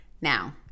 Now